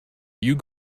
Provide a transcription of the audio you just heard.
you